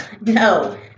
No